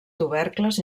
tubercles